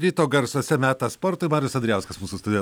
ryto garsuose metas sportui marius andrijauskas mūsų studijoje